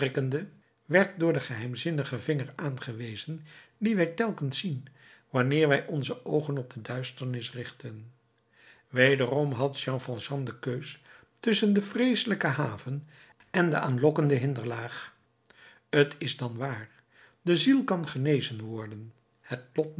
werd door den geheimzinnigen vinger aangewezen dien wij telkens zien wanneer wij onze oogen op de duisternis richten wederom had jean valjean de keus tusschen de vreeselijke haven en de aanlokkende hinderlaag t is dan waar de ziel kan genezen worden het